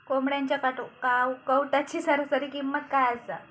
कोंबड्यांच्या कावटाची सरासरी किंमत काय असा?